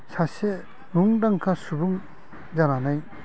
सासे मुंदांखा सुबुं जानानै